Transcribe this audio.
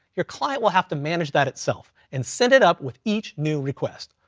your client will have to manage that itself, and set it up with each new requests.